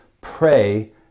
pray